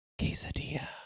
Quesadilla